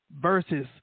versus